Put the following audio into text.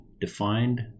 defined